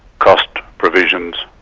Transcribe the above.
cost provisions,